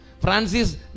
Francis